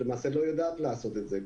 לא יודע לעשות את זה,